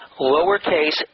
lowercase